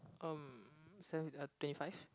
um seven uh twenty five